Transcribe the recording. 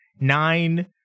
nine